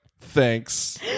Thanks